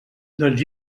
dels